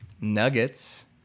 Nuggets